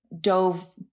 dove